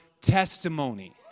testimony